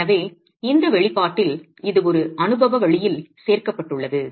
எனவே இந்த வெளிப்பாட்டில் இது ஒரு அனுபவ வழியில் சேர்க்கப்பட்டுள்ளது